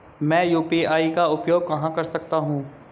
मैं यू.पी.आई का उपयोग कहां कर सकता हूं?